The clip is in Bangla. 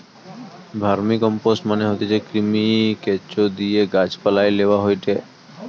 ভার্মিকম্পোস্ট মানে হতিছে কৃমি, কেঁচোদিয়ে গাছ পালায় লেওয়া হয়টে